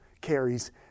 carries